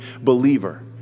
believer